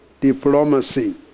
diplomacy